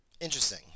Interesting